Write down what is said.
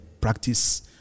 practice